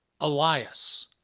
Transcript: Elias